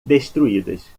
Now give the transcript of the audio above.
destruídas